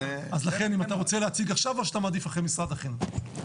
אתה רוצה להציג עכשיו או שאתה מעדיף אחרי משרד החינוך?